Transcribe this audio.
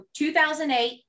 2008